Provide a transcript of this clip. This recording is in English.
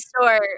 store